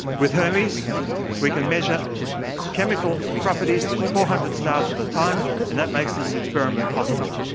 with hermes we can measure chemical properties in four hundred stars at a time, and that makes this experiment possible.